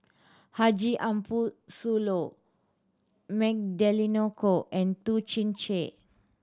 Haji Ambo Sooloh Magdalene Khoo and Toh Chin Chye